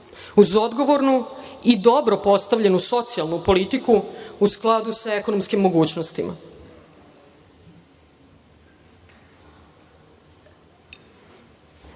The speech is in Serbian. uz odgovornu i dobro postavljenu socijalnu politiku u skladu sa ekonomskim mogućnostima. Moja